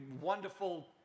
wonderful